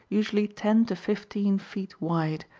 usually ten to fifteen feet wide,